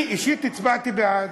אני אישית הצבעתי בעד.